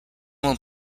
will